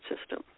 system